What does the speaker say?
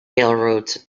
railroads